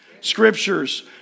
Scriptures